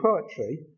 poetry